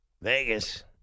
Vegas